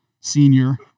senior